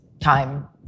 time